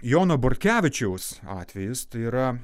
jono bortkevičiaus atvejis tai yra